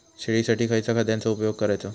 शेळीसाठी खयच्या खाद्यांचो उपयोग करायचो?